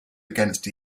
against